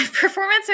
Performance